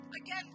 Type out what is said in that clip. Again